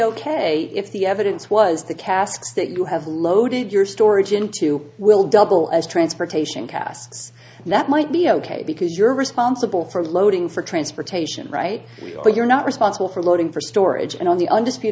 ok if the evidence was the casks that you have loaded your storage into will double as transportation casts and that might be ok because you're responsible for loading for transportation right but you're not responsible for loading for storage and on the